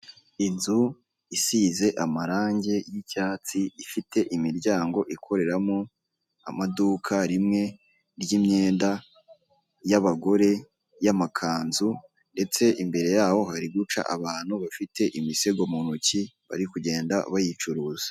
Inzu isize amarangi y'icyatsi ifite imiryango ikoreramo amaduka rimwe ry'imyenda y'abagore y'amakanzu ndetse imbere yaho hari guca abantu bafite imisego mu ntoki bari kugenda bayicuruza .